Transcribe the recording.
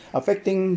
affecting